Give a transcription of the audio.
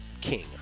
king